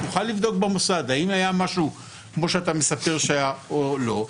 תוכל לבדוק במוסד אם היה משהו כמו שאתה מספר שהיה או לא.